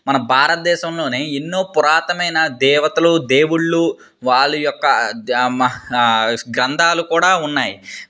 మన భారతదేశంలోనే ఎన్నో పురాతనమైన దేవతలు దేవుళ్ళు వాళ్ళ యొక్క గ్రంధాలు కూడా ఉన్నాయి